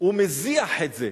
הוא מזיח את זה,